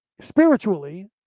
spiritually